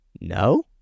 No